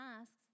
asks